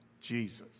Jesus